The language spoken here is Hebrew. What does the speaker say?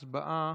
הצבעה.